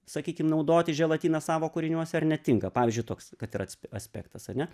sakykim naudoti želatiną savo kūriniuose ar netinka pavyzdžiui toks kad yra as aspektas ar ne